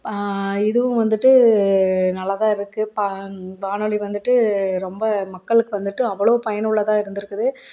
இதுவும் வந்துட்டு நல்லா தான் இருக்கு பா வானொலி வந்துவிட்டு ரொம்ப மக்களுக்கு வந்துவிட்டு அவ்வளோக பயனுள்ளதாக இருந்துருக்குது